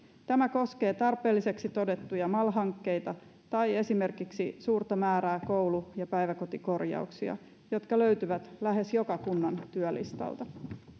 tämä koskee tarpeelliseksi todettuja mal hankkeita tai esimerkiksi suurta määrää koulu ja päiväkotikorjauksia jotka löytyvät lähes joka kunnan työlistalta